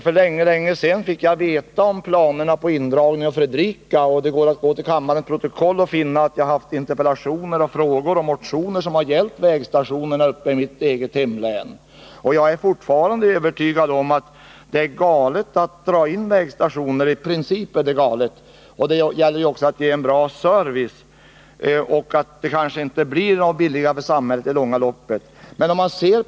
Jag fick för länge sedan kännedom om planerna på indragning av vägstationen i Fredrika, och det framgår av kammarens protokoll att jag väckt motioner samt interpellationer och frågor om vägstationerna i mitt hemlän. Jag är fortfarande övertygad om att det i princip är galet att dra in vägstationer. Det är bl.a. en fråga om att ge en bra service, och det blir kanske inte billigare i det långa loppet för samhället att dra in dem.